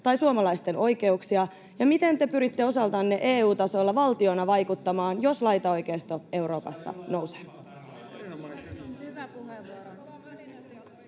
tai suomalaisten oikeuksia? Miten te pyritte osaltanne EU-tasolla valtiona vaikuttamaan, jos laitaoikeisto Euroopassa nousee?